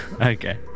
Okay